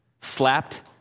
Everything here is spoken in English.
slapped